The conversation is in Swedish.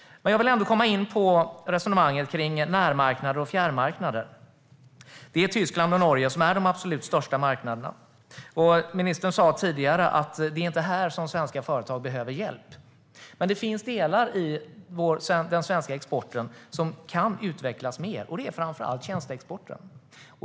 Jag vill ändå komma in på resonemanget kring närmarknader och fjärrmarknader. Det är Tyskland och Norge som är de absolut största marknaderna. Ministern sa tidigare att det inte är här svenska företag behöver hjälp. Men det finns delar i den svenska exporten som kan utvecklas mer, och det gäller framför allt tjänsteexporten.